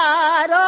God